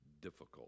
difficult